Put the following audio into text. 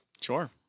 Sure